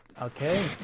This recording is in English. Okay